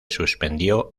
suspendió